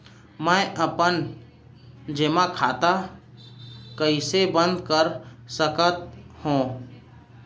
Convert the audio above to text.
मै अपन जेमा खाता कइसे बन्द कर सकत हओं?